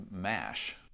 mash